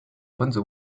分子